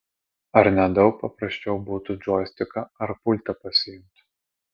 ar ne daug paprasčiau būtų džoistiką ar pultą pasiimt